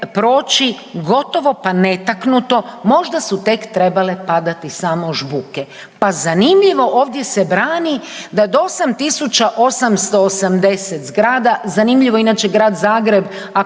proći gotovo pa netaknuto, pa možda su tek trebale padati samo žbuke. Baš zanimljivo, ovdje se brani da je do 8880 zgrada, zanimljivo, inače Gard Zagreb